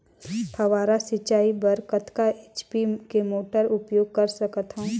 फव्वारा सिंचाई बर कतका एच.पी के मोटर उपयोग कर सकथव?